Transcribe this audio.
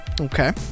Okay